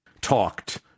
talked